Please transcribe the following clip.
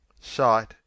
Sight